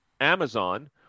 Amazon